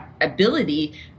ability